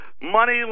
money